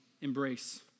embrace